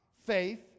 faith